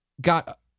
got